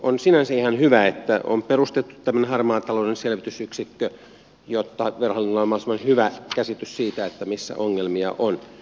on sinänsä ihan hyvä että on perustettu tämmöinen harmaan talouden selvitysyksikkö jotta verohallinnolla on mahdollisimman hyvä käsitys siitä missä ongelmia on